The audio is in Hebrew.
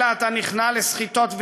אלא אתה נכנע לסחיטות ואיומים.